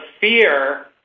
fear